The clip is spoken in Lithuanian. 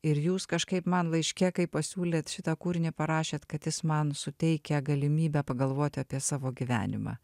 ir jūs kažkaip man laiške kai pasiūlėt šitą kūrinį parašėt kad jis man suteikia galimybę pagalvoti apie savo gyvenimą